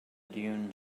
dune